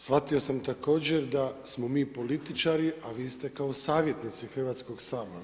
Shvatio sam također da ste vi političari, a vi ste kao savjetnici Hrvatskog sabora.